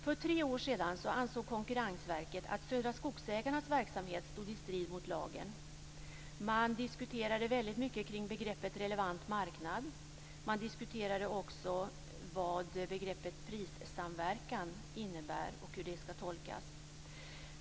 För tre år sedan ansåg Konkurrensverket att Södra Skogsägarnas verksamhet stod i strid mot lagen. Man diskuterade väldigt mycket kring begreppet relevant marknad. Man diskuterade också vad begreppet prissamverkan innebär och hur det skall tolkas.